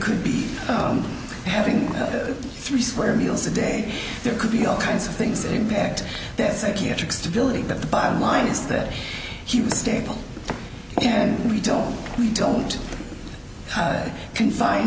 could be having three square meals a day there could be all kinds of things that impact that psychiatric stability but the bottom line is that he was stable and we don't we don't confine